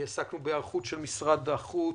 עסקנו בהיערכות של משרד החוץ,